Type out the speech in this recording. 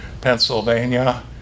Pennsylvania